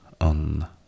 on